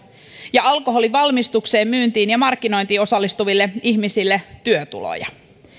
ja alkoholin valmistukseen myyntiin ja markkinointiin osallistuville ihmisille työtuloja